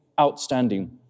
outstanding